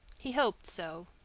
he hoped so.